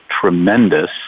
tremendous